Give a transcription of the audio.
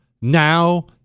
Now